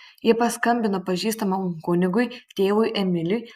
ji paskambino pažįstamam kunigui tėvui emiliui